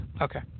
Okay